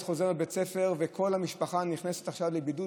חוזר מבית הספר וכל המשפחה נכנסת עכשיו לבידוד,